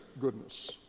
goodness